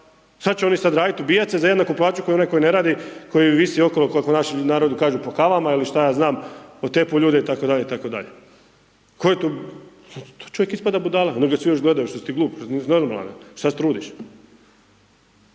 šta će oni sad radit, ubijat se za jednaku plaću kao i onaj koji ne radi, koji visi okolo, kako u našem narodu kažu, po kavama ili šta ja znam…/Govornik se ne razumije/…itd., itd. Tko je tu, čovjek ispada budala, onda ga svi još gledaju što si ti glup, što nisi normalan, šta se trudiš?